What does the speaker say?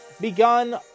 begun